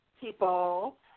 people